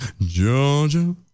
Georgia